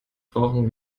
brauchen